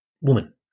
woman